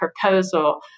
proposal